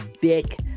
big